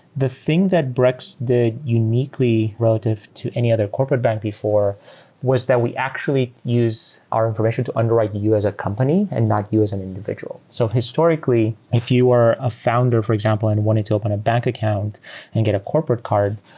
the thing that brex did uniquely relative to any other corporate bank before was that we actually use our information to underwrite you you as a company and not you as an individual. so historically, if you are a founder, for example, and wanted to open a bank account and get a corporate card,